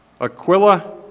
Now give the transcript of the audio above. Aquila